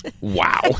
Wow